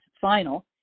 final